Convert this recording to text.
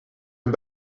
een